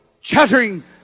chattering